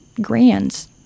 grands